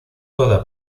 toda